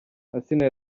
asinah